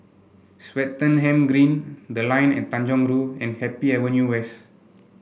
Swettenham Green The Line at Tanjong Rhu and Happy Avenue West